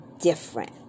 different